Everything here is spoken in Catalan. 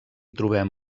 trobem